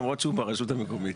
למרות שהוא ברשות המקומית.